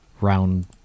round